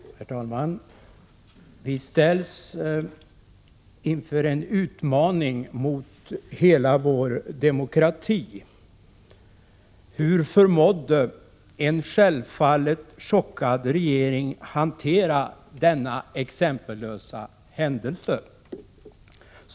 Herr talman! Vi ställs inför en utmaning mot hela vår demokrati. Hur förmådde en självfallet chockad regering hantera denna exempellösa händelse?